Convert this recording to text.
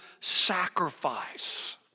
sacrifice